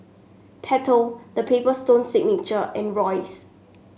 Pentel The Paper Stone Signature and Royce